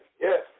Yes